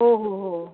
हो हो हो